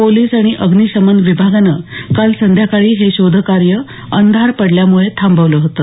police आणि अग्निशमन विभागानं काल संध्याकाळी हे शोधकार्य अंधार पडल्यामुळे थांबवलं होतं